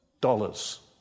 dollars